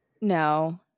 No